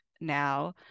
now